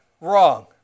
wrong